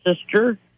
sister